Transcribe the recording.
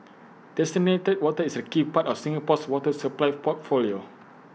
desalinated water is A key part of Singapore's water supply portfolio